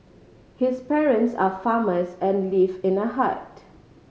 his parents are farmers and live in a hut